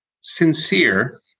sincere